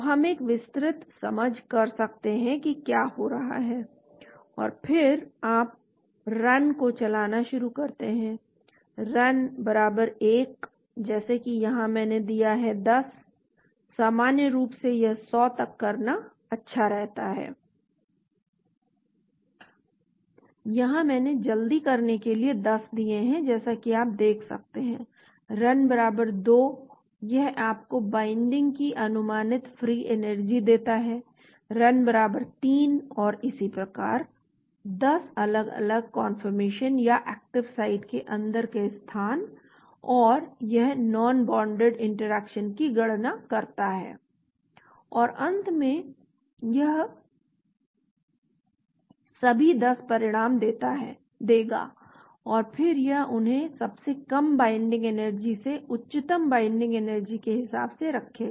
तो हम एक विस्तृत समझ कर सकते हैं की क्या हो रहा है और फिर आप रन को चलाना शुरू करते हैं रन 1 जैसे कि यहां मैंने दिया है 10 सामान्य रूप से यह 100 तक करना अच्छा रहता है यहां मैंने जल्दी करने के लिए 10 दिए हैं जैसा कि आप देख सकते हैं रन 2 यह आपको बाइंडिंग की अनुमानित फ्री एनर्जी देता है रन 3 और इसी प्रकार 10 अलग अलग कान्फर्मेशन या एक्टिव साइट के अंदर के स्थान और यह नॉनबोंडेड इंटरेक्शन की गणना करता है और अंत में यह सभी 10 परिणाम देगा और फिर यह उन्हें सबसे कम बाइन्डिंग एनर्जी से उच्चतम बाइन्डिंग एनर्जी के हिसाब से रखेगा